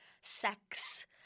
sex